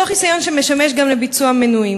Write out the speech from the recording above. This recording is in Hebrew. אותו חיסיון שמשמש גם לביצוע מינויים,